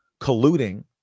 colluding